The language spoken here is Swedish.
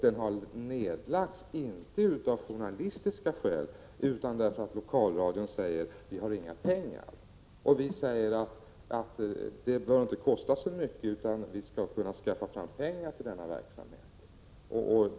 Den har inte lagts ned av journalistiska skäl, utan för att lokalradion säger att det inte finns några pengar. Vi säger att det inte bör kosta så mycket, utan att vi skall kunna skaffa fram pengar till denna verksamhet.